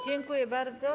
Dziękuję bardzo.